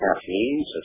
caffeine